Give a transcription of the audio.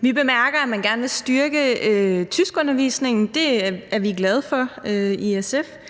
Vi bemærker, at man gerne vil styrke tyskundervisningen. Det er vi glade for i SF;